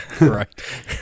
Right